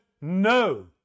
no